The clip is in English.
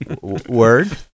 Word